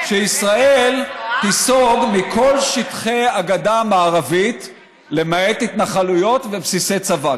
שישראל תיסוג מכל שטחי הגדה המערבית למעט התנחלויות ובסיסי צבא.